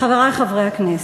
חברי חברי הכנסת,